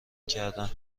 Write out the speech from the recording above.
کردن